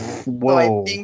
Whoa